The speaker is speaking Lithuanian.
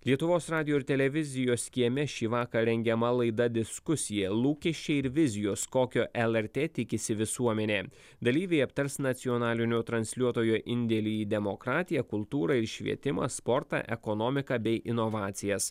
lietuvos radijo ir televizijos kieme šįvakar rengiama laida diskusija lūkesčiai ir vizijos kokio lrt tikisi visuomenė dalyviai aptars nacionalinio transliuotojo indėlį į demokratiją kultūrą ir švietimą sportą ekonomiką bei inovacijas